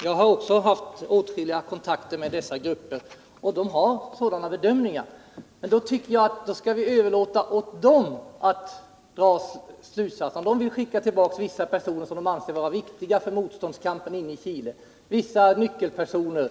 Herr talman! Även jag har haft åtskilliga kontakter med dessa grupper, och de har sådana bedömningar. Men då tycker jag att vi skall överlåta åt dem att .dra slutsatserna. Om de vill skicka tillbaka vissa personer som de anser vara viktiga för motståndskampen inne i Chile, vissa nyckelpersoner